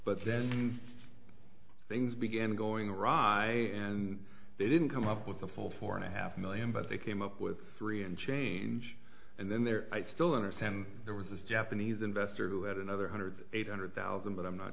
but then things began going awry and they didn't come up with the full four and a half million but they came up with three and change and then there i still understand there was this japanese investor who had another hundred eight hundred thousand but i'm not